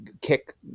kick